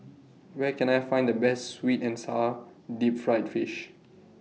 Where Can I Find The Best Sweet and Sour Deep Fried Fish